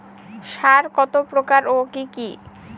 সার কত প্রকার ও কি কি?